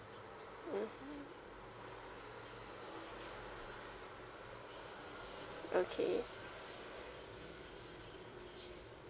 mmhmm okay